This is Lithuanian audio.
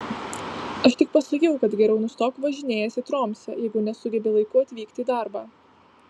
aš tik pasakiau kad geriau nustok važinėjęs į tromsę jeigu nesugebi laiku atvykti į darbą